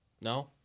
no